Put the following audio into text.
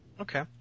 Okay